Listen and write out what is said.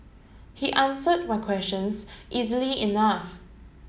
he answered my questions easily enough